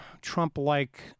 Trump-like